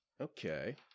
Okay